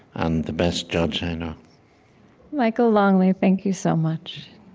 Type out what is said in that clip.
and the best judge i know michael longley, thank you so much